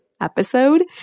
episode